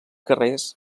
carrers